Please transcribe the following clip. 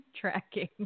tracking